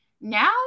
now